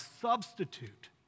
substitute